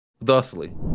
Thusly